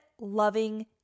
loving